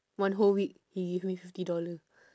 one whole week he give me fifty dollar